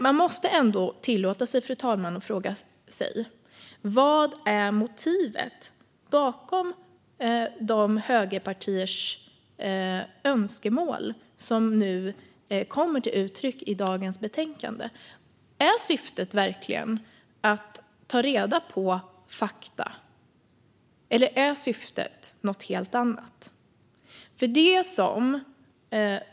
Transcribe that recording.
Man måste ändå tillåta sig att fråga sig: Vad är motivet bakom de högerpartiers önskemål som kommer till uttryck i detta betänkande? Är syftet verkligen att ta reda på fakta, eller är syftet något helt annat?